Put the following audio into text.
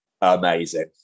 amazing